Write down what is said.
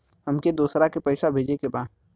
हमके दोसरा के पैसा भेजे के बा?